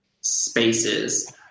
spaces